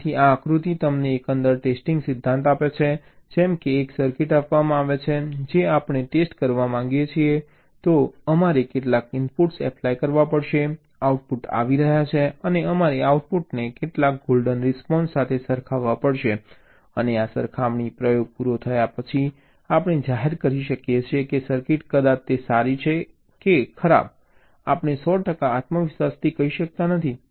તેથી આ આકૃતિ તમને એકંદર ટેસ્ટિંગ સિદ્ધાંત આપે છે જેમ કે એક સર્કિટ આપવામાં આવે છે જે આપણે ટેસ્ટ કરવા માંગીએ છીએ તો અમારે કેટલાક ઇનપુટ્સ એપ્લાય કરવા પડશે આઉટપુટ આવી રહ્યા છે અને અમારે આ આઉટપુટને કેટલાક ગોલ્ડન રિસ્પોન્સ સાથે સરખાવવા પડશે અને આ સરખામણી પ્રયોગ પૂરો થયા પછી આપણે જાહેર કરી શકીએ છીએ કે સર્કિટ કદાચ તે સારી છે અથવા તે ખરાબ છે આપણે 100 ટકા આત્મવિશ્વાસથી કહી શકતા નથી